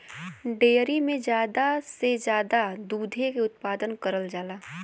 dairy में जादा से जादा दुधे के उत्पादन करल जाला